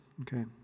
okay